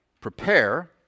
prepare